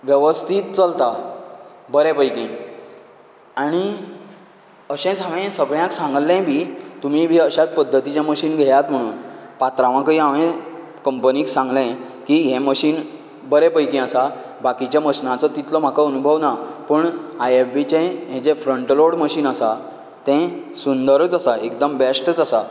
वेवस्थीत चलता बरें पैकी आनी अशेंच हांवेन सगळ्यांक सांगले बी तुमी बी अश्याच पद्दतीचे मशीन घेयात म्हणून पात्रांवाकय हांवे कंपनीक सांगलें की हें मशीन बरें पैकी आसा बाकिच्या मशिनांचो तितलो म्हाका अनुभव ना पूण आय एफ बी चें हे जें फ्रंन्ट लोड मशीन आसा ते सुंदरच आसा एकदम बेश्टच आसा